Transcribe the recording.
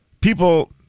people